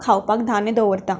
खावपाक धान्य दवरता